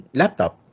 laptop